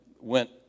went